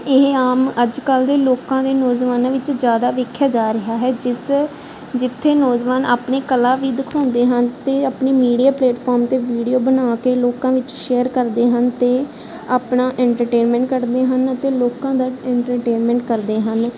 ਇਹ ਆਮ ਅੱਜ ਕੱਲ੍ਹ ਦੇ ਲੋਕਾਂ ਦੇ ਨੌਜਵਾਨਾਂ ਵਿੱਚ ਜ਼ਿਆਦਾ ਵੇਖਿਆ ਜਾ ਰਿਹਾ ਹੈ ਜਿਸ ਜਿੱਥੇ ਨੌਜਵਾਨ ਆਪਣੀ ਕਲਾ ਵੀ ਦਿਖਾਉਂਦੇ ਹਨ ਅਤੇ ਆਪਣੀ ਮੀਡੀਆ ਪਲੇਟਫੋਰਮ 'ਤੇ ਵੀਡੀਓ ਬਣਾ ਕੇ ਲੋਕਾਂ ਵਿੱਚ ਸ਼ੇਅਰ ਕਰਦੇ ਹਨ ਅਤੇ ਆਪਣਾ ਇੰਟਰਟੇਨਮੈਂਟ ਕਰਦੇ ਹਨ ਅਤੇ ਲੋਕਾਂ ਦਾ ਇੰਟਰਟੇਨਮੈਂਟ ਕਰਦੇ ਹਨ